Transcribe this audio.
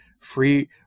Free